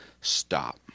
Stop